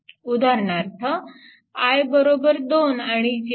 उदाहरणार्थ i2 आणि j3